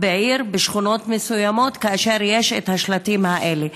בעיר בשכונות מסוימות כאשר יש את השלטים האלה.